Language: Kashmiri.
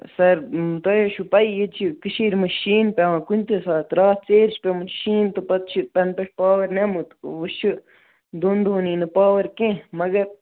سَر تۅہَے چھُو پَیی ییٚتہِ چھِ کٔشیٖرِ منٛز شیٖن پٮ۪وان کُنہِ تہِ ساتہٕ راتھ ژیٖر چھِ پوٚمُت شیٖن تہٕ پتہٕ چھِ تنہٕ پٮ۪ٹھ پاور نِمُت وۅنۍ چھُ دۅن دۄہَن یِیہِ نہٕ پاوَر کیٚنٛہہ مگر